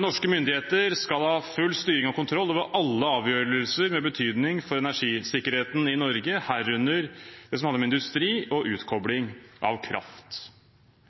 «Norske myndigheter skal ha full styring og kontroll over alle avgjørelser med betydning for energisikkerheten i Norge, herunder» det som handler om «industri og utkobling av kraft.»